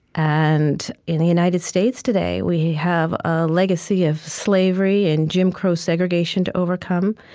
and in the united states today we have a legacy of slavery and jim crow segregation to overcome,